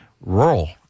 rural